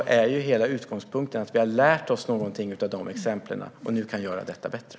Men hela utgångspunkten är att vi har lärt oss någonting av de exemplen och nu kan göra detta bättre.